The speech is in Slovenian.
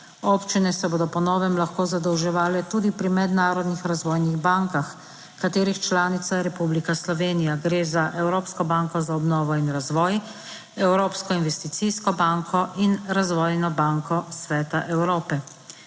Občine se bodo po novem lahko zadolževale tudi pri mednarodnih razvojnih bankah, katerih članica je Republika Slovenija. Gre za Evropsko banko za obnovo in razvoj. Evropsko investicijsko banko in Razvojno banko Sveta Evrope.